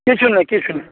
किछु नहि किछु नहि